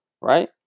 right